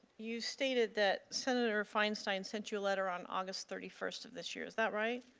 you stated that senator feinstein sent you a letter on august thirty first of this year, is that right?